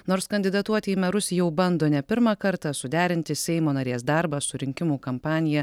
nors kandidatuoti į merus jau bando ne pirmą kartą suderinti seimo narės darbą su rinkimų kampanija